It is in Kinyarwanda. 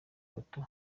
bato